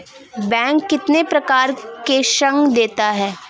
Bank कितने प्रकार के ऋण देता है?